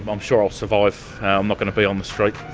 i'm um sure i'll survive. i'm not going to be on the street. like